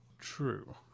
True